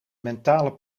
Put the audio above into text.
mentale